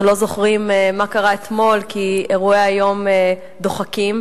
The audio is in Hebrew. לא זוכרים מה קרה אתמול כי אירועי היום דוחקים.